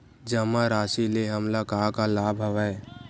जमा राशि ले हमला का का लाभ हवय?